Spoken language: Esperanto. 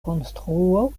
konstruo